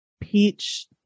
peach